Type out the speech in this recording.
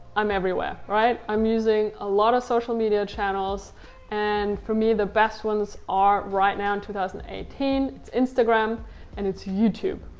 i'm everywhere. right? i'm using a lot of social media channels and for me, the best ones are, right now in two thousand and eighteen, it's instagram and it's youtube.